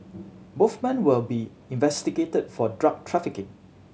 both men will be investigated for drug trafficking